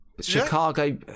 Chicago